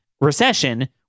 recession